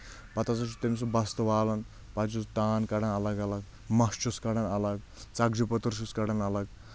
پتہٕ ہسا چھُ تٔمۍ سُہ بستہٕ والان پتہٕ چھُس تان کَڑان الگ الگ مشن الگ ژکجہِ پٔتر چھُس کڑان الگ